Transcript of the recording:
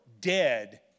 dead